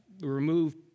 remove